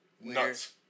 Nuts